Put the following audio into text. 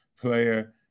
player